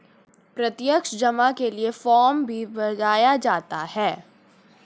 प्रत्यक्ष जमा के लिये फ़ार्म भी भराया जाता है